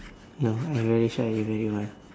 no I very shy you very wild